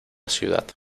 ciudad